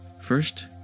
First